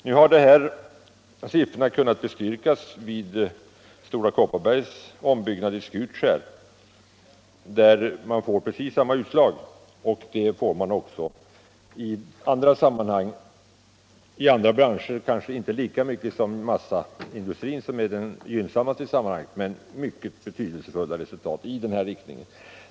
Nu har de här siffrorna kunnat bestyrkas vid Stora Kopparbergs ombyggnad i Skutskär, där man får precis samma utslag. Och det får man också i andra branscher — kanske inte lika mycket som vid massaindustrin, som är gynnsammast i sammanhanget, men man har nått mycket betydelsefulla resultat i den här riktningen.